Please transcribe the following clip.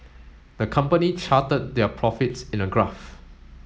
the company charted their profits in a graph